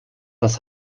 das